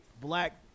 black